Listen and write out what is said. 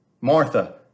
Martha